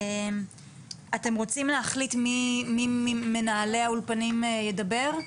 אתם רוצים להחליט מי ממנהלי האולפנים ידבר?